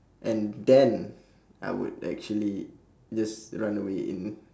and then I would actually just run away in